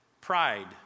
Pride